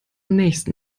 nächsten